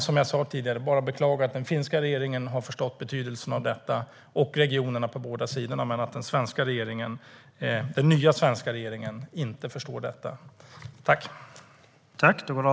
Som jag sa tidigare kan jag bara beklaga att den nya svenska regeringen inte har förstått betydelsen av detta, så som den finska regeringen och regionerna på båda sidor har gjort.